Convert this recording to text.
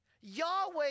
Yahweh